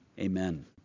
Amen